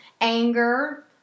Anger